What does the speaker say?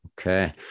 Okay